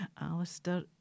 alistair